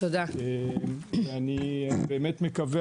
אני באמת מקווה.